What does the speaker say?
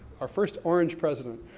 our first orange president.